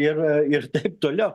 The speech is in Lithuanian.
ir ir taip toliau